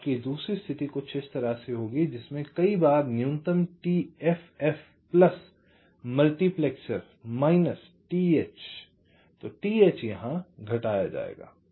तो आपकी दूसरी स्थिति कुछ इस तरह से होगी जिसमे कई बार न्यूनतम t ff plus multiplexer minus t h t h यहां घटाया जाएगा